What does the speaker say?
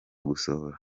gusohora